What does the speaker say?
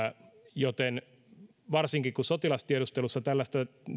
joten varsinkin kun sotilastiedustelussa tällaista